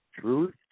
Truth